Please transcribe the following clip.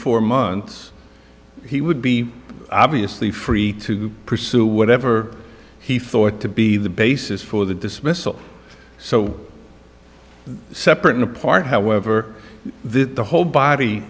four months he would be obviously free to pursue whatever he thought to be the basis for the dismissal so separate and apart however this whole body